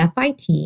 fit